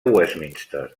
westminster